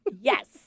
Yes